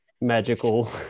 magical